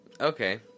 Okay